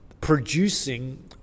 producing